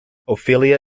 ophelia